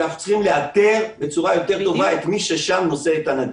אנחנו צריכים לאתר בצורה טובה יותר את מי ששם נושא את הנגיף.